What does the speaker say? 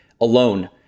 alone